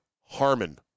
Harmon